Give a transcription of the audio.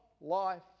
life